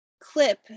clip